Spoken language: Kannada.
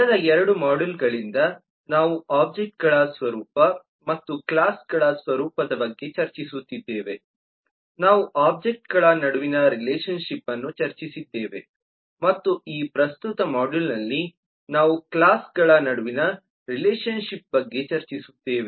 ಕಳೆದ ಎರಡು ಮಾಡ್ಯೂಲ್ಗಳಿಂದ ನಾವು ಒಬ್ಜೆಕ್ಟ್ಗಳ ಸ್ವರೂಪ ಮತ್ತು ಕ್ಲಾಸ್ಗಳ ಸ್ವರೂಪದ ಬಗ್ಗೆ ಚರ್ಚಿಸುತ್ತಿದ್ದೇವೆ ನಾವು ಒಬ್ಜೆಕ್ಟ್ಗಳ ನಡುವಿನ ರಿಲೇಶನ್ ಶಿಪ್ ಅನ್ನು ಚರ್ಚಿಸಿದ್ದೇವೆ ಮತ್ತು ಈ ಪ್ರಸ್ತುತ ಮಾಡ್ಯೂಲ್ನಲ್ಲಿ ನಾವು ಕ್ಲಾಸ್ಗಳ ನಡುವಿನ ರಿಲೇಶನ್ ಶಿಪ್ ಬಗ್ಗೆ ಚರ್ಚಿಸುತ್ತೇವೆ